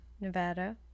Nevada